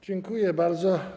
Dziękuję bardzo.